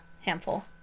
handful